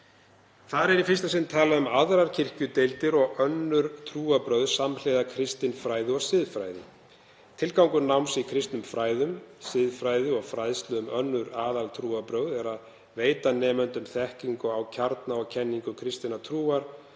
Þar er í fyrsta sinn talað um aðrar kirkjudeildir og önnur trúarbrögð samhliða kristinfræði og siðfræði: „Tilgangur náms í kristnum fræðum, siðfræði og fræðslu um önnur aðaltrúarbrögð er að veita nemendum þekkingu á kjarna og kenningu kristinnar trúar,